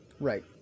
Right